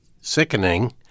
sickening